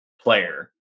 player